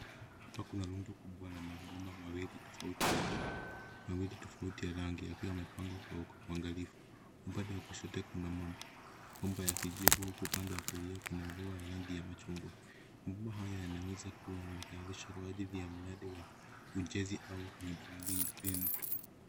Hapa kuna rundo kubwa la mabomba mawili tofauti ya rangi yakiwa yamepangwa kwa uangalifu. Upande wa kushoto kuna mabomba ya kijivu huku upande wa kulia kuna mabomba ya rangi ya machungwa. Mabomba haya yanaweza kuwa ya vichukuaji wa mradi wa ujenzi au miundombinu.